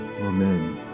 Amen